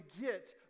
get